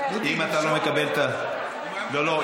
אם אתה לא מקבל, לא.